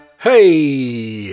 Hey